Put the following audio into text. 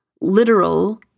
literal